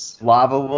lava